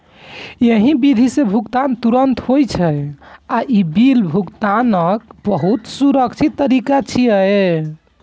एहि विधि सं भुगतान तुरंत होइ छै आ ई बिल भुगतानक बहुत सुरक्षित तरीका छियै